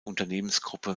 unternehmensgruppe